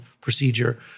procedure